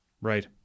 Right